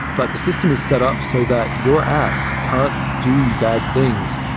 but the system is set up so that your app can't do bad things,